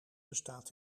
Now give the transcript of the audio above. bestaat